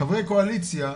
חברי קואליציה,